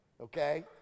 Okay